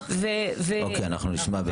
אוקיי, אנחנו נשמע.